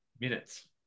minutes